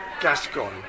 Gascon